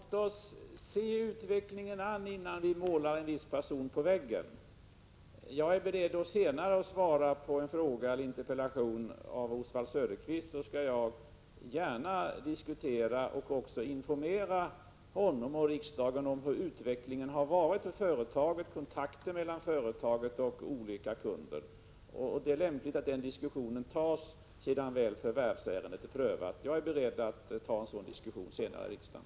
Herr talman! Låt oss se utvecklingen an, innan vi målar en viss person på väggen! Jag är beredd att senare svara på en interpellation eller fråga från Oswald Söderqvist. Då skall jag gärna informera både honom och riksdagen om hur utvecklingen har varit i företaget och i fråga om kontakter mellan företaget och olika kunder. Det är lämpligt att den diskussionen tas sedan förvärvsärendet väl är prövat. Jag är beredd att senare ta en sådan diskussion i riksdagen.